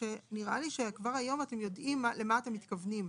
כשראה לי שכבר היום אתם יודעים למה אתם מתכוונים,